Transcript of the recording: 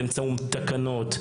באמצעות תקנות,